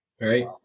Right